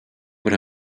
but